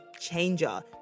changer